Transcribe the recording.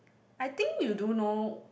I think you don't know